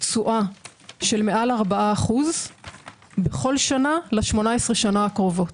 תשואה של מעל 4% בכל שנה ל-18 שנה הקרובות?